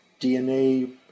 DNA